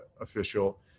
official